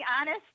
honest